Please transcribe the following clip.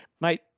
mate